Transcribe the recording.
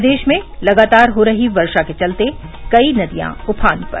प्रदेश में लगातार हो रही वर्षा के चलते कई नदियां उफान पर